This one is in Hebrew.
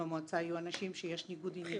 שבמועצה יהיו אנשים שיש ניגוד עניינים כזה או אחר.